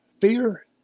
Fear